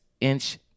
inch